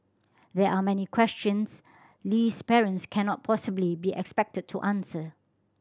there are many questions Lee's parents cannot possibly be expected to answer